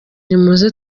nimuze